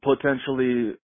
potentially